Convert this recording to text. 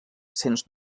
sens